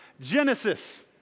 Genesis